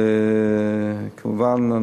וכמובן,